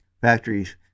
factories